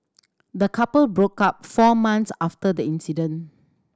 the couple broke up four month after the incident